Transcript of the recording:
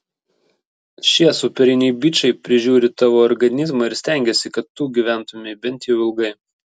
šie superiniai bičai prižiūri tavo organizmą ir stengiasi kad tu gyventumei bent jau ilgai